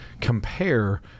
compare